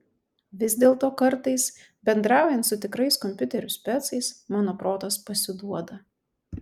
vis dėlto kartais bendraujant su tikrais kompiuterių specais mano protas pasiduoda